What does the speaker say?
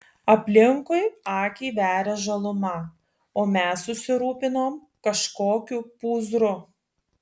aplinkui akį veria žaluma o mes susirūpinom kažkokiu pūzru